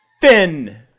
Finn